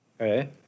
Okay